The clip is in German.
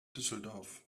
düsseldorf